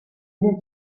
del